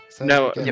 No